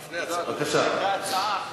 זה היה הצעה אחרת.